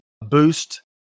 boost